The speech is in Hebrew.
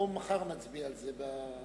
או שמחר נצביע על זה.